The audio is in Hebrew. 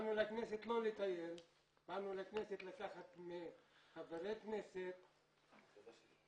--- באנו לכנסת לא לטייל, באנו לקבל מחברי הכנסת